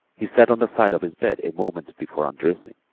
he sat on the side of his bed a moment before undressing,